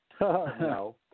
No